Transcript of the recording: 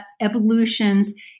evolutions